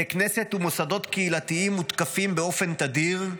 בתי כנסת ומוסדות קהילתיים מותקפים באופן תדיר,